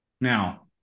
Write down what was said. Now